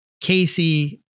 Casey